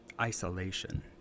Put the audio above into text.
isolation